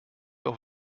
auch